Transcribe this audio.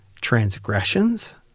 transgressions